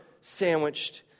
sandwiched